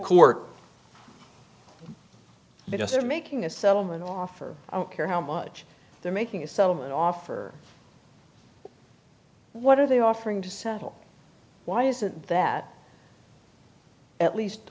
because they're making a settlement offer i don't care how much they're making a settlement offer what are they offering to settle why is it that at least